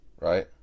right